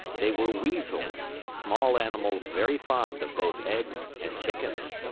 they were weasels, small animals very fond of both eggs and chickens.